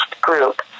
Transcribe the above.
group